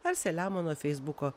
ar selemono feisbuko